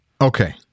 Okay